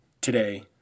today